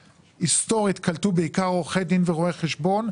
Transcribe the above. היסטורית קלטו בעיקר עורכי דין ורואי חשבון,